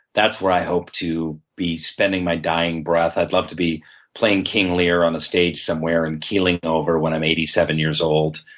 that's where i hope to be spending my dying breath. i'd love to be playing king lear on the stage somewhere and keeling over when i'm eighty seven years old.